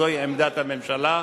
זוהי עמדת הממשלה,